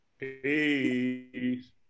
Peace